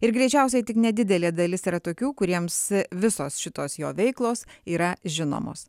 ir greičiausiai tik nedidelė dalis yra tokių kuriems visos šitos jo veiklos yra žinomos